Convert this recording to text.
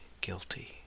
guilty